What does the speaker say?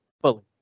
fully